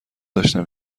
داشتم